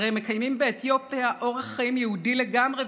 הרי הם מקיימים באתיופיה אורח חיים יהודי לגמרי,